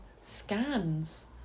scans